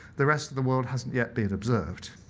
the rest of the world hasn't yet been observed.